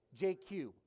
JQ